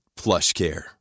PlushCare